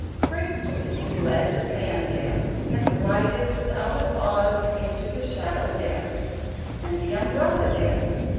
gracefully he led the fan dance, and glided without a pause into the shadow dance and the umbrella dance,